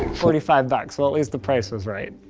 forty five bucks. well, at least the price was right.